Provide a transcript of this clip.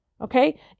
Okay